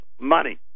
money